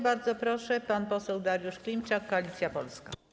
Bardzo proszę, pan poseł Dariusz Klimczak, Koalicja Polska.